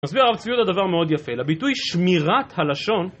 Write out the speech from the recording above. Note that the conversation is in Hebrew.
מסביר הרב צבי יהודה דבר מאוד יפה: לביטוי שמירת הלשון